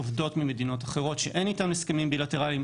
עובדות ממדינות אחרות שאין אתן הסכמים בילטרליים,